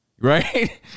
Right